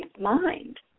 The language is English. mind